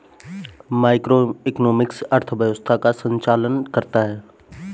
macroeconomics अर्थव्यवस्था का संचालन करता है